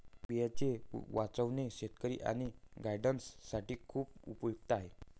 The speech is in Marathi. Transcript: बियांचे वाचवणे शेतकरी आणि गार्डनर्स साठी खूप उपयुक्त आहे